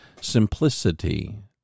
Simplicity